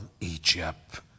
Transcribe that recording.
Egypt